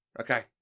Okay